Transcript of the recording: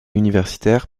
universitaire